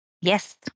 Yes